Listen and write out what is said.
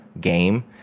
game